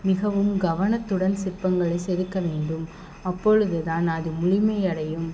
மிகவும் கவனத்துடன் சிற்பங்களை செதுக்க வேண்டும் அப்பொழுது தான் அது முழுமை அடையும்